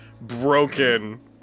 broken